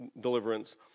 deliverance